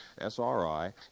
SRI